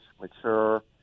mature